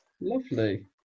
Lovely